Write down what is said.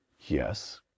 yes